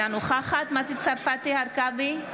אינה נוכחת מטי צרפתי הרכבי,